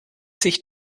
sich